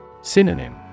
Synonym